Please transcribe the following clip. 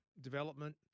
development